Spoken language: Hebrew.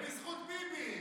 זה בזכות ביבי.